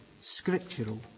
scriptural